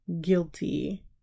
guilty